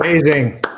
Amazing